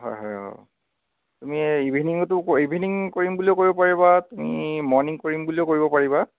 হয় হয় অঁ তুমি এই ইভিনিংটো ইভিনিং কৰিম বুলিও কৰিব পাৰিবা তুমি মৰ্ণিং কৰিম বুলিও কৰিব পাৰিবা